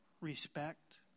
respect